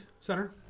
center